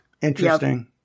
Interesting